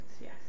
yes